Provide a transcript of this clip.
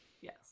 yes